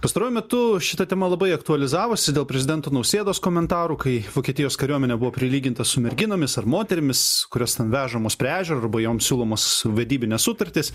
pastaruoju metu šita tema labai aktualizavosi dėl prezidento nausėdos komentarų kai vokietijos kariuomenė buvo prilyginta su merginomis ar moterimis kurios ten vežamos prie ežero arba joms siūlomos vedybinės sutartys